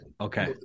Okay